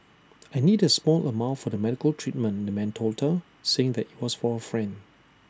I need A small amount for the medical treatment the man told her saying that IT was for A friend